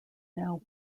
now